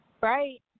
Right